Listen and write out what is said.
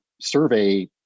survey